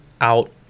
out